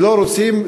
שלא רוצים,